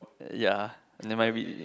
ya never mind we